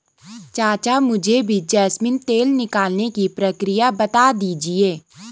चाचा मुझे भी जैस्मिन तेल निकालने की प्रक्रिया बता दीजिए